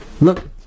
Look